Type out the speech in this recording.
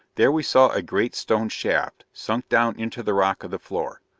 there we saw a great stone shaft sunk down into the rock of the floor.